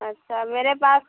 अच्छा मेरे पास